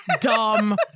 dumb